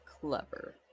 clever